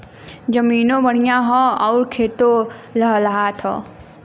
जमीनों बढ़िया हौ आउर खेतो लहलहात हौ